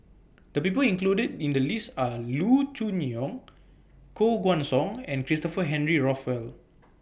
The People included in The list Are Loo Choon Yong Koh Guan Song and Christopher Henry Rothwell